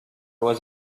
was